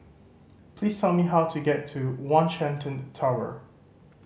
please tell me how to get to One Shenton Tower